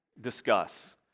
discuss